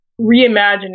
reimagining